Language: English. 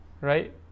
Right